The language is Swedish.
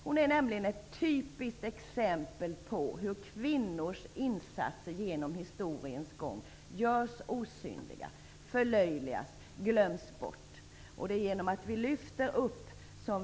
Hon är nämligen ett typiskt exempel på hur kvinnors insatser genom historiens gång har gjorts osynliga, förlöjligats och glömts bort.